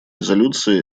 резолюции